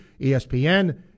ESPN